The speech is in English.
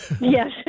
Yes